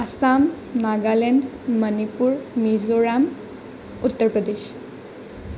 Assam Nagaland Manipur Mizoram Uttar Pradesh